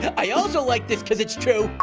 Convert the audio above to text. i also like this cause it's true